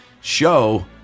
show